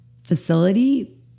facility